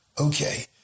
okay